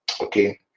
okay